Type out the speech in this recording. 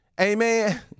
Amen